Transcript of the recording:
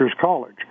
college